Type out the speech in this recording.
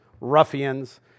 ruffians